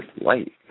light